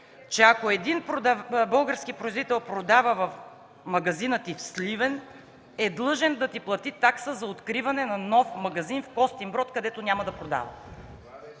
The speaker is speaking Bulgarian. че ако един български производител продава в магазина ти в Сливен, е длъжен да ти плати такса за откриване на нов магазин в Костинброд, където няма да продава?!